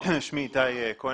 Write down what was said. שמי איתי כהן,